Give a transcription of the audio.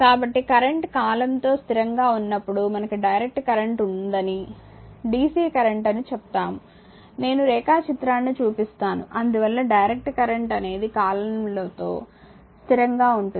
కాబట్టి కరెంట్ కాలంతో స్థిరంగా ఉన్నప్పుడు మనకు డైరెక్ట్ కరెంట్ ఉందని డిసి కరెంట్ అని చెప్తాము నేను రేఖాచిత్రాన్ని చూపిస్తాను అందువల్ల డైరెక్ట్ కరెంట్ అనేది కాలంతో స్థిరంగా ఉంటుంది